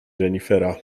renifera